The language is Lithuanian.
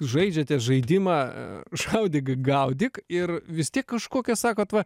žaidžiate žaidimą šaudyk gaudyk ir vis tiek kažkokia sakot va